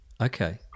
Okay